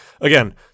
again